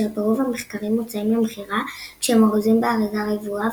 אשר ברוב המקרים מוצעים למכירה כשהם ארוזים באריזה רבועה,